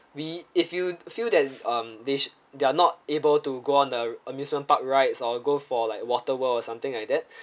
we if you feel that um they should they are not able to go on the amusement park rides or go for like water world or something like that